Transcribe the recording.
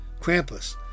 Krampus